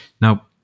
Now